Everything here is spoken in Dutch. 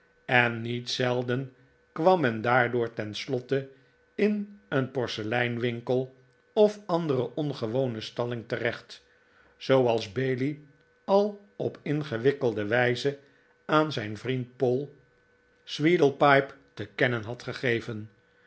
en niet zelden kwam men daardoor tenslotte in een porseleinwinkel of andere ongewone stalling terecht zooals bailey al op ingewikkelde wijze aan zijn vriend poll sweedlepipe te kennen had gegeven